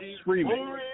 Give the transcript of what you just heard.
screaming